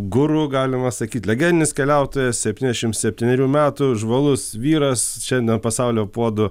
guru galima sakyt legendinis keliautojas septyniasdešimt septynerių metų žvalus vyras šiandien pasaulio puodų